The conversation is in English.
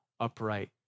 Upright